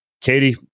Katie